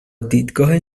دیدگاه